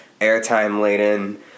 airtime-laden